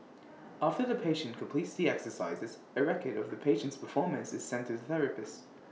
after the patient completes the exercises it's A record of the patient's performance is sent to the therapist